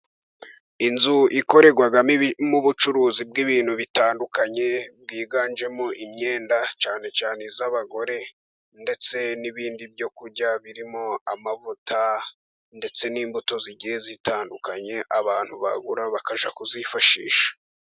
Inzu ikorerwamo imirimo y'ubucuruzi bw'ibintu bitandukanye, bwiganjemo imyenda cyane cyane iy'abagore, ndetse n'ibindi byo kurya birimo amavuta ndetse n'imbuto zigiye zitandukanye abantu bagura bakajya kuzifashisha.